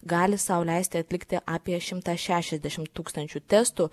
gali sau leisti atlikti apie šimtą šešiasdešimt tūkstančių testų